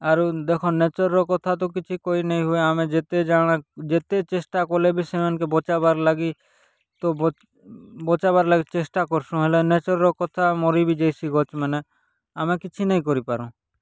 ଆରୁ ଦେଖଁ ନେଚର୍ର କଥା ତ କିଛି କହି ନେଇ ହୁଏ ଆମେ ଯେତେ ଜାଣା ଯେତେ ଚେଷ୍ଟା କଲେ ବି ସେମାନଙ୍କେ ବଚାବାର୍ ଲାଗି ତୋବ ବଚାବାଁର୍ ଲାଗି ଚେଷ୍ଟା କରୁସୁଁ ହେଲେ ନେଚର୍ର କଥା ମରି ବି ଯାଇସି ଗଛ୍ମାନେ ଆମେ କିଛି ନାଇ କରି ପାରୁଁ